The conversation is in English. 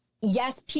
Yes